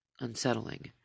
unsettling